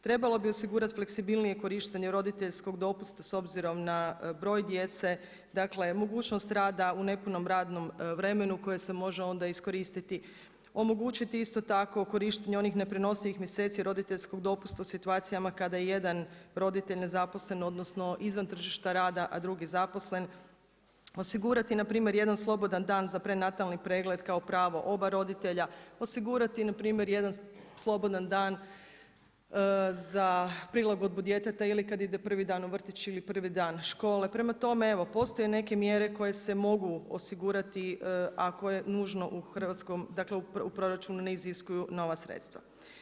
Trebalo bi osigurati fleksibilnije korištenje roditeljskog dopusta s obzirom na broj djece dakle, mogućnost rada u nepunom radnom vremenu koje se može onda iskoristiti, omogućiti isto tako korištenje onih neprenosivih mjeseci roditeljskih dopusta u situacijama kada jedan roditelj nezaposlen, odnosno izvan tržišta rada a drugi zaposlen, osigurati npr. jedan slobodan dan za prenatalni pregled kao pravo oba roditelja, osigurati npr. jedan slobodan dan za prilagodbu djeteta ili kada ide prvi dan u vrtić ili prvi dan škole, prema tome, evo, postoje neke mjere koje se mogu osigurati ako je nužno u hrvatskom, dakle u proračunu ne iziskuju nova sredstva.